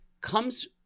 comes